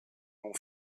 mon